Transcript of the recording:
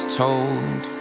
told